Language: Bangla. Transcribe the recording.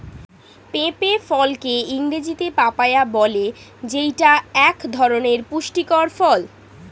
পেঁপে ফলকে ইংরেজিতে পাপায়া বলে যেইটা এক ধরনের পুষ্টিকর ফল